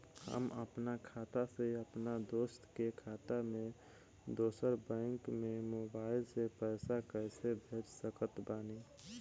हम आपन खाता से अपना दोस्त के खाता मे दोसर बैंक मे मोबाइल से पैसा कैसे भेज सकत बानी?